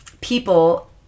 people